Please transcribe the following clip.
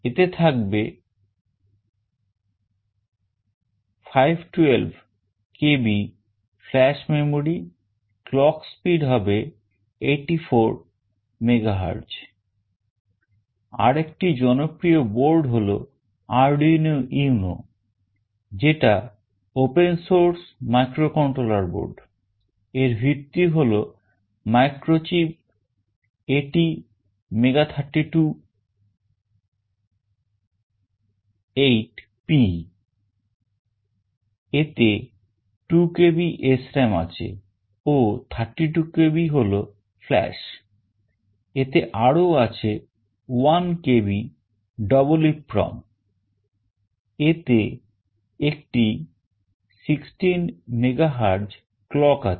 এতে থাকবে 512 KB flash memory clock speed হবে 84 MHz আরেকটি জনপ্রিয় board হল Arduino UNO যেটা open source microcontroller board এর ভিত্তি হলো Microchip ATmega328P এতে 2 KB SRAM আছে ও 32 KB হল flash এতে আরও আছে 1 KB EEPROM এতে একটি 16 MHz clock আছে